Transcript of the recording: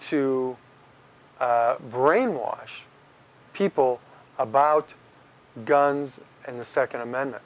to brainwash people about guns and the second amendment